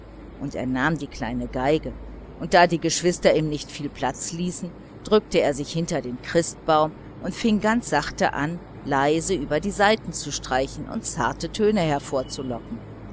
und er nahm die kleine violine und da die geschwister ihm nicht viel platz ließen drückte er sich hinter den christbaum und fing ganz sachte an leise über die saiten zu streichen und zarte töne hervorzulocken